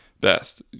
best